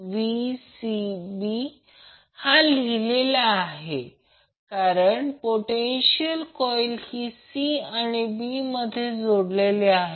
तर ते VP phase voltage आहे कारण ते line to line voltage 208V दिले आहे